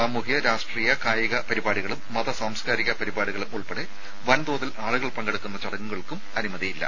സാമൂഹ്യ രാഷ്ട്രീയ കായിക പരിമിതമായി പരിപാടികളും മത സാംസ്ക്കാരിക പരിപാടികളും ഉൾപ്പെടെ വൻതോതിൽ ആളുകൾ പങ്കെടുക്കുന്ന ചടങ്ങുകൾക്കും അനുമതിയില്ല